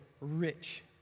rich